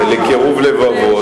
ולקירוב לבבות.